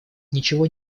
ничего